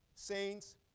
Saints